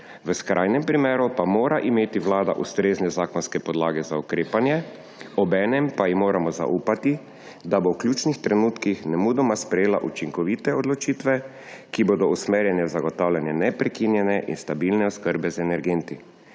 V skrajnem primeru pa mora imeti vlada ustrezne zakonske podlage za ukrepanje, obenem pa ji moramo zaupati, da bo v ključnih trenutkih nemudoma sprejela učinkovite odločitve, ki bodo usmerjene v zagotavljanje neprekinjene in stabilne oskrbe z energenti.